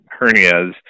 hernias